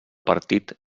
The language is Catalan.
partit